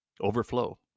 overflow